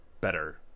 better